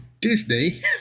Disney